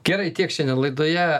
gerai tiek šiandien laidoje